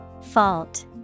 Fault